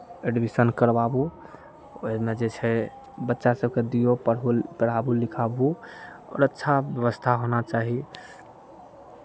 admission करवाबू ओहिमे जे छै बच्चा सभकेँ दियौ पढ़ू पढ़ाबू लिखाबू आओर अच्छा व्यवस्था होना चाही